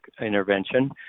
intervention